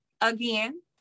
again